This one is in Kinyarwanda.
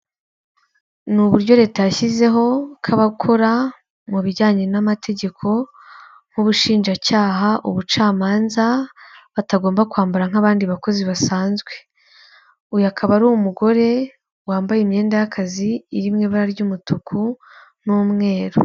Ni uburyo leta yashyizeho ko abakora mu bijyanye n'amategeko nk'ubushinjacyaha, ubucamanza, batagomba kwambara nk'abandi bakozi basanzwe. Uyu akaba ari umugore wambaye imyenda y'akazi iri mu ibara ry'umutuku n'umweru.